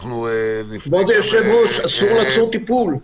כבוד היושב-ראש, אסור לעצור טיפול.